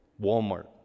Walmart